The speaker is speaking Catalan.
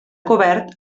cobert